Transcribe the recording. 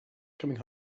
coming